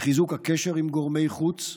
לחיזוק הקשר עם גורמי חוץ,